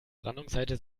brandungsseite